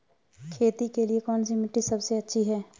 खेती के लिए कौन सी मिट्टी सबसे अच्छी है?